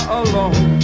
alone